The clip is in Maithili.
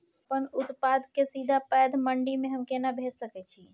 अपन उत्पाद के सीधा पैघ मंडी में हम केना भेज सकै छी?